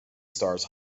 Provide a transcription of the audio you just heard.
stars